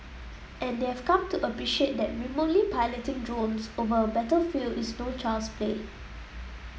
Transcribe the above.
and they have come to appreciate that remotely piloting drones over a battlefield is no child's play